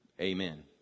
Amen